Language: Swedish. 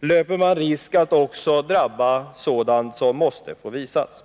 löper man risk att också sådant som måste få visas blir drabbat.